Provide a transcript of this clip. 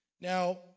Now